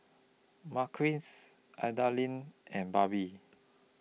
Marquis Adalyn and Barbie